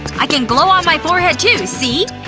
i can glow on my forehead too, see!